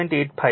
85 છે